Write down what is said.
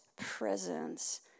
presence